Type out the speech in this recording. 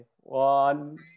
One